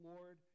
Lord